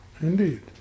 Indeed